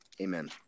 Amen